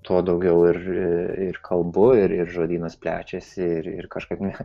tuo daugiau ir ir kalbu ir ir žodynas plečiasi ir ir kažkaip ne